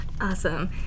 awesome